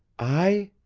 i?